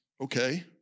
okay